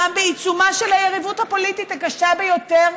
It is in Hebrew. גם בעיצומה של היריבות הפוליטית הקשה ביותר,